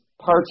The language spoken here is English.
parts